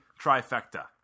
trifecta